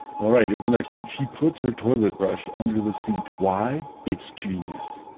and all right. here's the next one. she puts her toilet brush under the seat. why it's genius